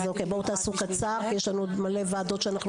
בואו תעשו את זה קצר כי יש לנו מלא ועדות.